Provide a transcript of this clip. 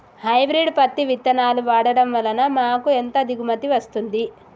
Hybrid పత్తి విత్తనాలు వాడడం వలన మాకు ఎంత దిగుమతి వస్తుంది?